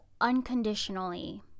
unconditionally